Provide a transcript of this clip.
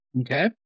Okay